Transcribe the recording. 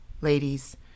ladies